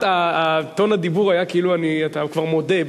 טון הדיבור היה כאילו אתה כבר מודה.